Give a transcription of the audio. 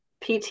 PT